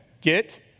get